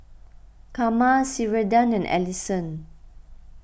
Karma Sheridan and Allyson